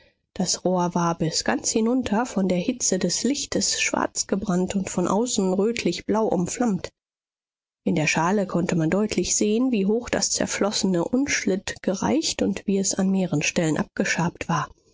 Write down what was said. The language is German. das rohr war bis ganz hinunter von der hitze des lichtes schwarzgebrannt und von außen rötlichblau überflammt in der schale konnte man deutlich sehen wie hoch das zerflossene unschlitt gereicht und wie es an mehreren stellen abgeschabt war